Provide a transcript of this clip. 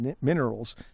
minerals